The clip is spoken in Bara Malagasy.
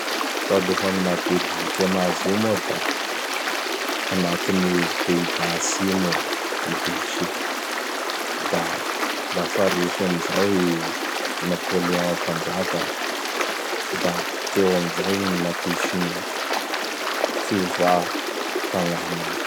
Talohan'ny naha Belziky anazy io moa da tanatin'i Pays-Bas atsimo i Belzika. Da lafa resy amzao i Napoléon Mpanjaka; da teo am zay gn ny napisy gn ny fiovà tagnaminy.